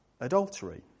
adultery